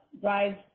drive